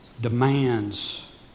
demands